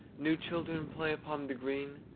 new children play upon the green,